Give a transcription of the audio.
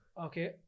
okay